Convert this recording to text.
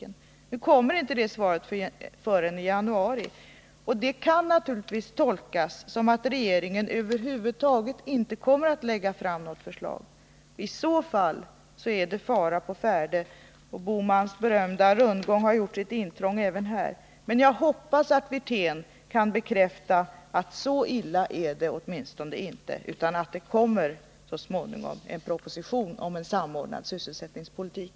Men nu kommer det inte något svar förrän i januari, vilket naturligtvis kan tolkas som att - regeringen över huvud taget inte kommer att lägga fram något förslag. I så fall är det risk för att Gösta Bohmans berömda rundgång gör intrång även här. Jag hoppas att Rolf Wirtén åtminstone kan bekräfta, att det inte är så illa, utan att det så småningom skall komma en proposition om en samordnad sysselsättningspolitik.